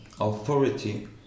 authority